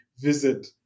visit